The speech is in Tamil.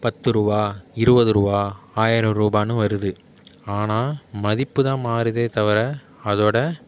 பத்துருபா இருபதுருவா ஆயிரம்ரூபான்னு வருது ஆனால் மதிப்பு தான் மாறுதே தவிர அதோடய